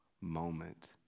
moment